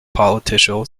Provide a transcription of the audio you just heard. political